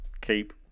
keep